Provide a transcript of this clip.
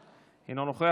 אינו נוכח.